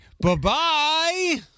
Bye-bye